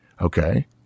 okay